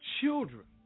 children